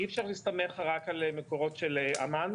אי אפשר להסתמך רק על מקורות של אמ"ן.